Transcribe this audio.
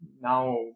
now